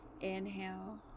inhale